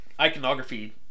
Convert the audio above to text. iconography